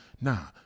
nah